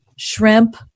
shrimp